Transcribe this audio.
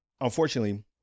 Unfortunately